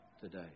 today